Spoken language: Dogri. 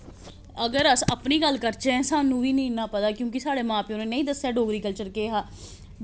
अगर अस अपनी गल्ल करचै ते सानूं बी निं इ'न्ना पता क्योंकि साढ़े मां प्योऽ ने नेईं दस्सेआ डोगरी कल्चर केह् हा